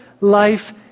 life